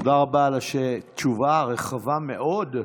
תודה רבה על התשובה הרחבה מאוד.